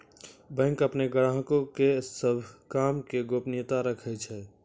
bank अपनो ग्राहको के सभ काम के गोपनीयता राखै छै